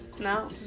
No